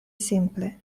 simple